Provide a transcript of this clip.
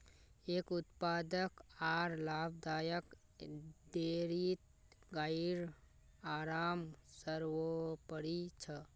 एक उत्पादक आर लाभदायक डेयरीत गाइर आराम सर्वोपरि छ